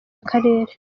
akarere